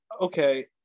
okay